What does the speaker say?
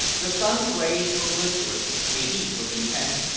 the sun's rays were blistering, the heat was intense,